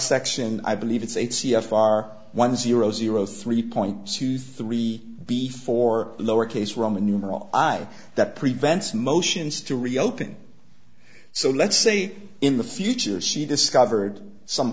section i believe it's eight c f r one zero zero three point three before the lower case roman numeral i that prevents motions to reopen so let's say in the future she discovered some